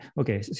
okay